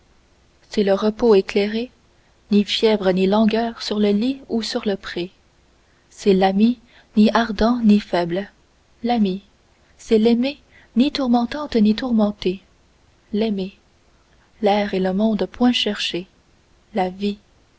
c'est le repos éclairé ni fièvre ni langueur sur le lit ou sur le pré c'est l'ami ni ardent ni faible l'ami c'est l'aimée ni tourmentante ni tourmentée l'aimée l'air et le monde point cherchés la vie